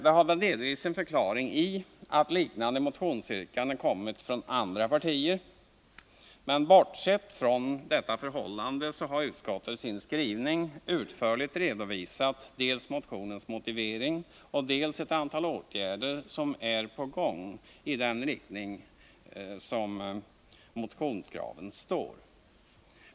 Det har väl delvis sin förklaring i att liknande motionsyrkanden kommit från andra partier. Men bortsett från detta förhållande så har utskottet i sin skrivning utförligt redovisat dels motionens motivering, dels ett antal åtgärder som är på gång i den riktning som motionskraven syftar till.